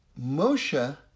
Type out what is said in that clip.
Moshe